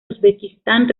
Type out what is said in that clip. uzbekistán